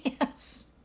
Yes